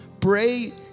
Pray